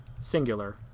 singular